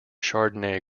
chardonnay